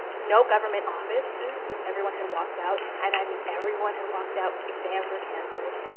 no government offices, since everyone had walked out. and i mean, everyone had walked out. exams were canceled,